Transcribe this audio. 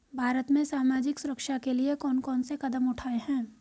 भारत में सामाजिक सुरक्षा के लिए कौन कौन से कदम उठाये हैं?